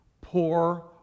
poor